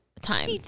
time